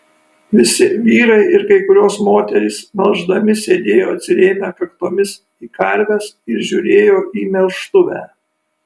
visi vyrai ir kai kurios moterys melždami sėdėjo atsirėmę kaktomis į karves ir žiūrėjo į melžtuvę